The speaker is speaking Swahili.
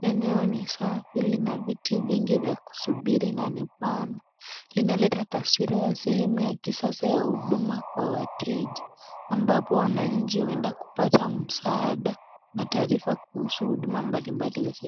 Eneo ni safi lina viti vingi vya kusuburi na ni pana. Linaleta taswira ya sehemu ya kisasa ya huduma kwa wateja ambapo wananchi wanaenda kupata msaada na taarifa kuhusu huduma mbalimbali za serikali.